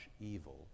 evil